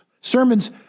sermons